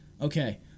Okay